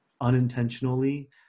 unintentionally